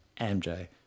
MJ